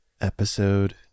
Episode